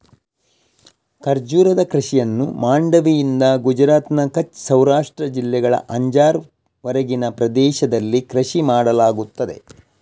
ಖರ್ಜೂರದ ಕೃಷಿಯನ್ನು ಮಾಂಡವಿಯಿಂದ ಗುಜರಾತ್ನ ಕಚ್ ಸೌರಾಷ್ಟ್ರ ಜಿಲ್ಲೆಗಳ ಅಂಜಾರ್ ವರೆಗಿನ ಪ್ರದೇಶದಲ್ಲಿ ಕೃಷಿ ಮಾಡಲಾಗುತ್ತದೆ